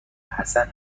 حسن